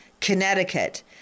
Connecticut